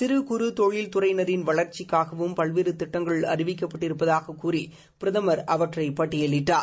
சிறு குறு தொழில் துறையினரின் வளர்ச்சிக்காகவும் பல்வேறு திட்டங்கள் அறிவிக்கப் பட்டிருப்பதாகக்கூறி பிரதமர் அவற்றை பட்டியலிட்டார்